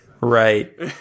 Right